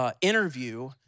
Interview